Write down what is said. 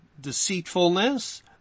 deceitfulness